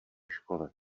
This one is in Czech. škole